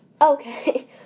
Okay